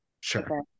Sure